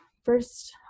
First